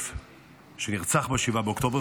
שנרצח ב-7 באוקטובר,